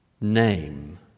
name